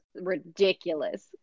ridiculous